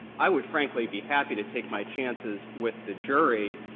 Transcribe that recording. i would frankly be happy to take my chances with the jury,